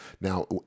Now